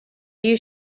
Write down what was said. you